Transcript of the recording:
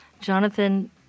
Jonathan